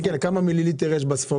קשה לדעת כמה מיליליטר.